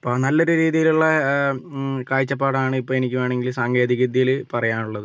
അപ്പം നല്ലൊരു രീതിയിലുള്ള കാഴ്ചപ്പാടാണ് ഇപ്പോൾ എനിക്ക് വേണമെങ്കിൽ സാങ്കേതികവിദ്യയിൽ പറയാനുള്ളത്